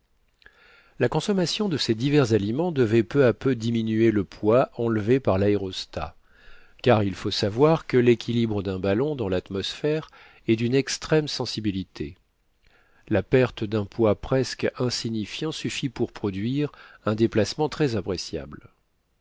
la consommation de ces divers aliments devait peu à peu diminuer le poids enlevé par laérostat car il faut savoir que l'équilibre d'un ballon dans l'atmosphère est d'une extrême sensibilité la perte d'un poids presque insignifiant suffit pour produire un déplacement très appréciable